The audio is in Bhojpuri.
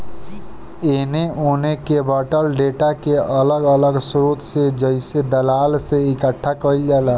एने ओने के बॉटल डेटा के अलग अलग स्रोत से जइसे दलाल से इकठ्ठा कईल जाला